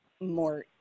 more